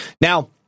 Now